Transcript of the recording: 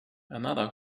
another